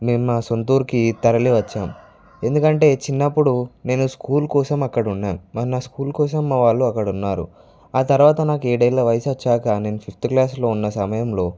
మేము మా సొ ఊరికి తరలివచ్చాం ఎందుకంటే చిన్నప్పుడు నేను స్కూల్ కోసం అక్కడ ఉన్నాను మరి నా స్కూలు కోసం మావాళ్ళు అక్కడ ఉన్నారు ఆ తర్వాత నాకు ఏడేళ్ళ వయసు వచ్చాక నేను ఫిఫ్త్ క్లాస్లో ఉన్న సమయంలో